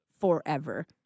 forever